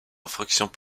infractions